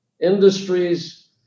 industries